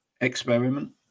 experiment